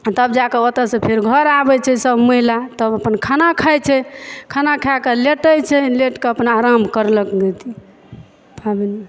तब जाके ओतऽ सॅं फेर घर आबै छै सब महिला तब अपन खाना खाइ छै खाना खाय के लेटै छै लेट क अपन आराम करलक पाबनि